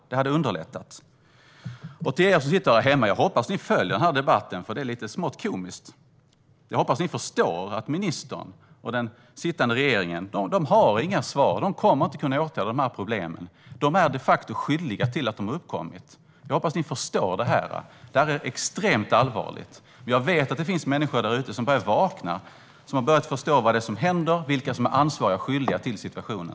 Det skulle underlätta. Till er som sitter där hemma och tittar på debatten vill jag säga att jag tycker att det här är smått komiskt och att jag hoppas att ni förstår att ministern och den sittande regeringen inte har några svar. De kommer inte att kunna åtgärda de här problemen. De är de facto skyldiga till att problemen har uppkommit. Jag hoppas att ni förstår det. Det här är extremt allvarligt. Jag vet att det finns människor där ute som har börjat vakna och som har börjat förstå vad som händer och vilka som är ansvariga för och skyldiga till situationen.